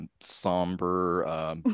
somber